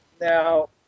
Now